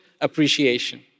appreciation